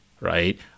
right